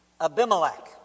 Abimelech